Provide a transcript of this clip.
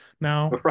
now